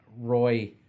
Roy